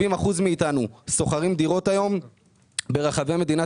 70% מאיתנו שוכרים דירות היום ברחבי המדינה,